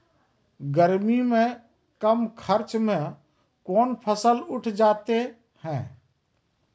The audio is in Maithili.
गर्मी मे कम खर्च मे कौन फसल उठ जाते हैं?